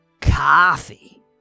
Coffee